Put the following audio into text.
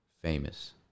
famous